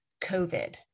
COVID